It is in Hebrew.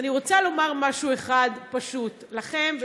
אז אני רוצה לומר משהו אחד פשוט לכם,